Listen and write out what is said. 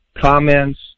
comments